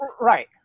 right